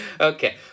Okay